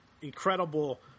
Incredible